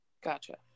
Gotcha